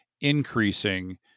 Increasing